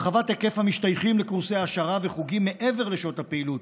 הרחבת היקף המשתייכים לקורסי העשרה וחוגים מעבר לשעות הפעילות,